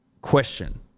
question